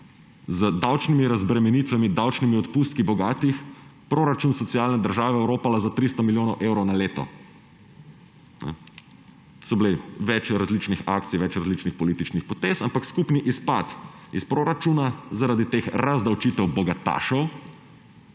z davčnimi razbremenitvami, davčnimi odpustki bogatih proračun socialne države oropali za 300 milijonov evrov na leto. Bilo je več različnih akcij, več različnih političnih potez, ampak skupni izpad iz proračuna zaradi teh razdavčitev bogatašev